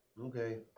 Okay